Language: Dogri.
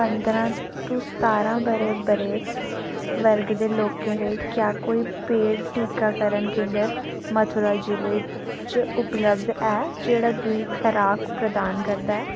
पंदरां टू सतारां ब'रे बरेस वर्ग दे लोकें लेई क्या कोई पेड टीकाकरण केंदर मथुरा जि'ले च उपलब्ध ऐ जेह्ड़ा दूई खराक प्रदान करदा ऐ